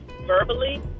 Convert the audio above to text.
verbally